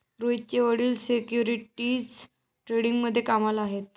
रोहितचे वडील सिक्युरिटीज ट्रेडिंगमध्ये कामाला आहेत